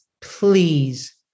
please